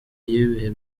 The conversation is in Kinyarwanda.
y’ibihe